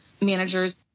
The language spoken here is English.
managers